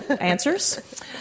answers